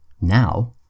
Now